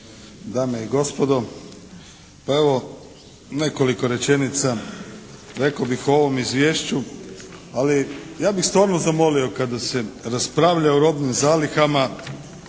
dame i gospodo. Pa evo nekoliko rečenica rekao bih o ovom izvješću. Ali ja bih stvarno zamolio kada se raspravlja o robnim zalihama